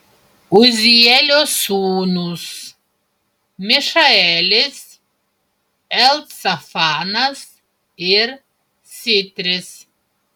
uzielio sūnūs mišaelis elcafanas ir sitris